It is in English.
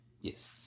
Yes